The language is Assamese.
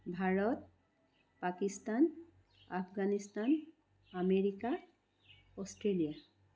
Bharat Pakistan Afghanistan America Australia